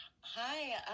hi